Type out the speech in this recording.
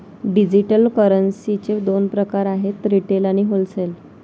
digital करन्सीचे दोन प्रकार आहेत रिटेल आणि होलसेल